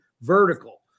vertical